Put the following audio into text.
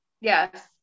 Yes